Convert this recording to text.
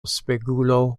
spegulo